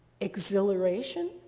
exhilaration